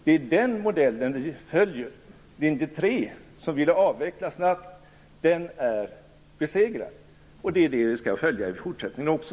Det är den modellen vi följer. Linje 3, som ville avveckla snabbt, är besegrad. Det är det vi skall rätta oss efter i fortsättningen också.